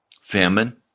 Famine